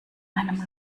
einem